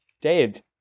Dave